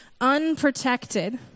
unprotected